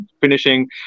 Finishing